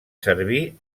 servir